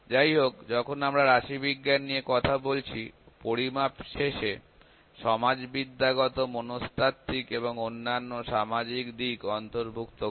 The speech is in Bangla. যাইহোক যখন আমরা রাশিবিজ্ঞান নিয়ে কথা বলছি পরিমাপ শেষে সমাজবিদ্যাগত মনস্তাত্ত্বিক এবং অন্যান্য সামাজিক দিক অন্তর্ভুক্ত করে